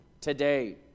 today